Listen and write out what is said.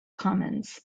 commons